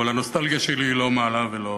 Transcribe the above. אבל הנוסטלגיה שלי לא מעלה ולא